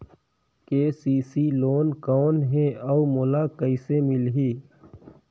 KCC loan कौन हे अउ मोला कइसे मिलही?